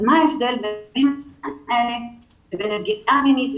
מה ההבדל בין המצב הזה לבין פגיעה מינית,